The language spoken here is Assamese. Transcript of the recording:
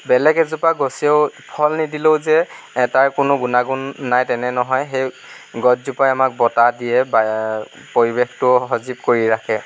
বেলেগ এজোপা গছেও ফল নিদিলেও যে তাৰ কোনো গুণাগুণ নাই তেনে নহয় সেই গছজোপাই আমাক বতাহ দিয়ে পৰিৱেশটোও সজীৱ কৰি ৰাখে